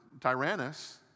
Tyrannus